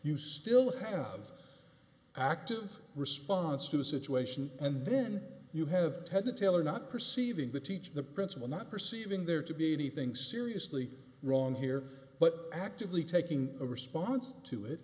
you still have active response to the situation and then you have had to tailor not perceiving the teacher the principal not perceiving there to be anything seriously wrong here but actively taking a response to it